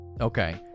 okay